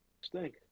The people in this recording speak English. stink